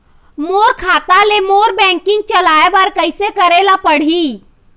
मोर खाता ले मोर बैंकिंग चलाए बर कइसे करेला पढ़ही?